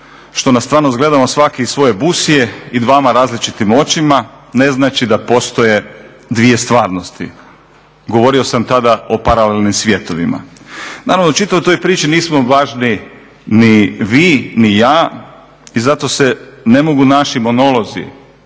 što na stvarnost gledamo svaki iz svoje busije i dvama različitim očima ne znači da postoje dvije stvarnosti. Govorio sam tada o paralelnim svjetovima. Naravno u čitavoj toj priči nismo važni ni vi ni ja i zato se ne mogu naši monolozi,